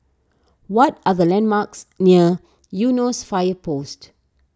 what are the landmarks near Eunos Fire Post